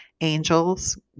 angels